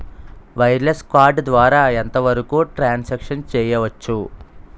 Wireless card ద్వారా ఎంత వరకు ట్రాన్ సాంక్షన్ చేయవచ్చు?